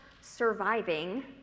surviving